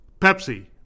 Pepsi